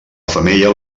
femella